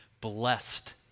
blessed